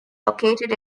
located